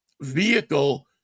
vehicle